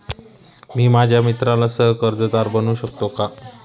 मी माझ्या मित्राला सह कर्जदार बनवू शकतो का?